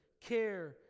care